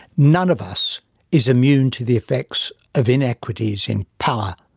none of us is immune to the effects of inequities in power,